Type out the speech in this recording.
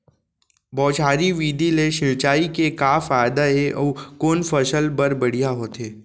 बौछारी विधि ले सिंचाई के का फायदा हे अऊ कोन फसल बर बढ़िया होथे?